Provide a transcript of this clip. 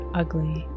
ugly